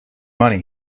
money